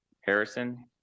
Harrison